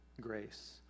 Grace